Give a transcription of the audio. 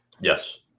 Yes